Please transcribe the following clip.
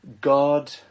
God